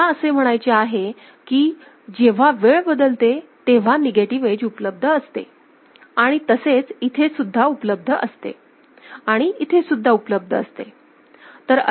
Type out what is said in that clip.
तर मला असे म्हणायचे आहे की जेव्हा वेळ बदलते तेव्हा निगेटिव्ह एज उपलब्ध असते आणि तसेच इथे सुद्धा उपलब्ध असते आणि इथे सुद्धा उपलब्ध असते